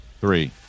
three